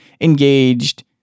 engaged